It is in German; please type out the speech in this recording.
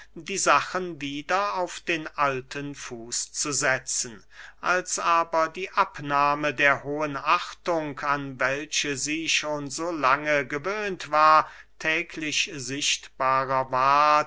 die sachen wieder auf den alten fuß zu setzen als aber die abnahme der hohen achtung an welche sie schon so lange gewöhnt war täglich sichtbarer ward